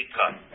cut